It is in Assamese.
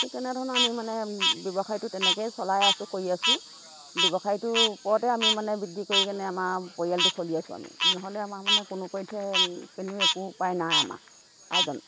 ঠিক তেনেধৰণৰ আমি মানে ব্যৱসায়টো তেনেকেই চলাই আছোঁ কৰি আছোঁ ব্যৱসায়টো ওপৰতে আমি মানে কৰি কেনে আমাৰ পৰিয়ালটো চলি আছোঁ আমি নহ'লে আমাৰ মানে কোনোপধ্যে কোনো একো উপায় নাই আমাৰ